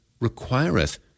requireth